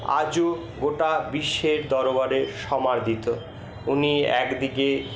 আজও গোটা বিশ্বের দরবারে সমাদৃত উনি একদিকে